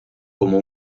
como